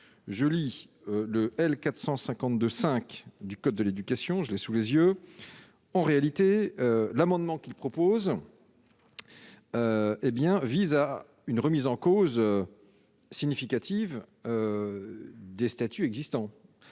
je lis de L 452 5 du code de l'éducation, je l'ai sous les yeux, en réalité, l'amendement qui propose, hé bien, visent à une remise en cause significative des statuts existants,